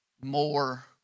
more